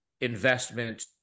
investment